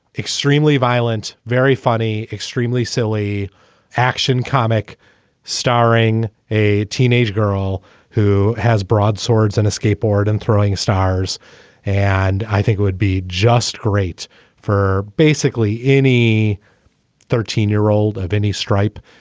extremely violent. very funny, extremely silly action comic starring a teenage girl who has broadswords and a skateboard and throwing stars and i think it would be just great for basically any thirteen year old of any stripe.